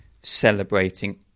celebrating